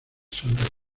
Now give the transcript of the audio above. sonreí